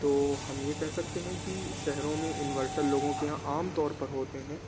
تو ہم یہ کہہ سکتے ہیں کہ شہروں میں انورٹر لوگوں کے یہاں عام طور پر ہوتے ہیں